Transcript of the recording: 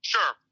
Sure